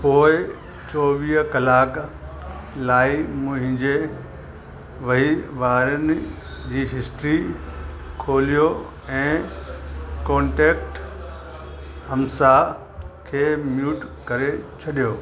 पोए चोवीह कलाक लाइ मुहिंजे वहिंवारनि जी हिस्ट्री खोलियो ऐं कोन्टेक्ट हम्साह खे म्यूट करे छॾियो